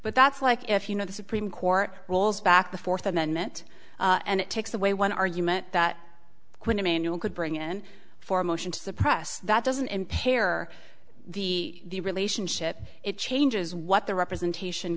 but that's like if you know the supreme court rolls back the fourth amendment and it takes away one argument that when a manual could bring in for a motion to suppress that doesn't impair the relationship it changes what the representation